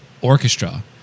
orchestra